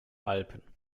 alpen